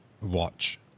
watch